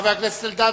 חבר הכנסת אלדד,